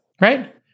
Right